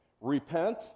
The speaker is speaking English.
Repent